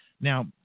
now